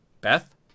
Beth